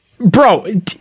Bro